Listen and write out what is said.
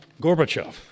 Gorbachev